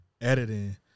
editing